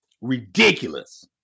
Ridiculous